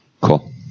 Cool